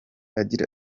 agira